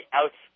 out